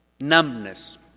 numbness